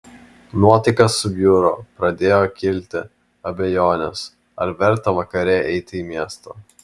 nuotaika subjuro pradėjo kilti abejonės ar verta vakare eiti į miestą